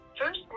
First